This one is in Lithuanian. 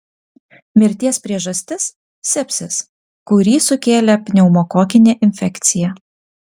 mirties priežastis sepsis kurį sukėlė pneumokokinė infekcija